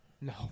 No